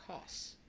costs